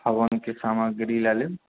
हवनके सामग्री लए लेब